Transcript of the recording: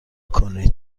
کنید